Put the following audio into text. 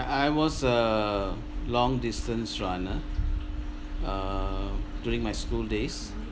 I was a long distance runner mm during my school days